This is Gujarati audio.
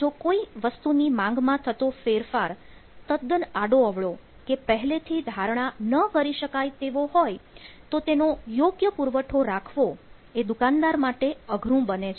પણ જો કોઈ વસ્તુની માંગ માં થતો ફેરફાર તદ્દન આડોઅવળો કે પહેલેથી ધારણા ન કરી શકાય તેવો હોય તો તેનો યોગ્ય પુરવઠો રાખવો એ દુકાનદાર માટે અઘરું બને છે